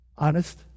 Honest